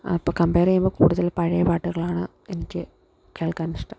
അപ്പം കംപേർ ചെയ്യുമ്പോൾ കൂടുതൽ പഴയ പാട്ടുകളാണ് എനിക്ക് കേൾക്കാനിഷ്ടം